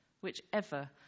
whichever